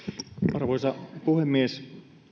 arvoisa puhemies